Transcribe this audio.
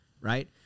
Right